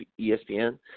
ESPN